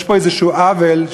יש פה איזשהו עוול,